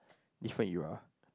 different era